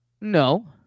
No